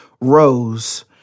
rose